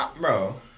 Bro